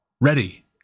ready